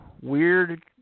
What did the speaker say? weird